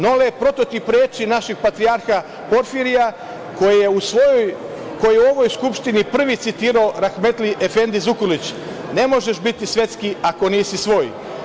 Nole je prototip reči našeg Patrijarha Porfirija, koji je u ovoj Skupštini prvi citirao Rahmetli Efendi Zukorlić – ne možeš biti svetski, ako nisi svoj.